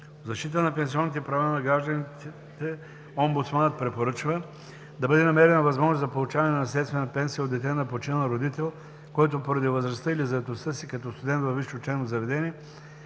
защита на пенсионните права на гражданите омбудсманът препоръчва: - да бъде намерена възможност за получаването на наследствена пенсия от дете на починал родител, който поради възрастта или заетостта си като студент във висше учебно заведение